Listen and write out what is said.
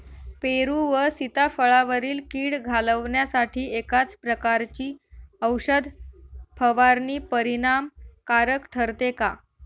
पेरू व सीताफळावरील कीड घालवण्यासाठी एकाच प्रकारची औषध फवारणी परिणामकारक ठरते का?